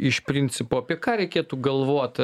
iš principo apie ką reikėtų galvot